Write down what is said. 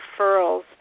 referrals